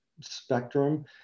spectrum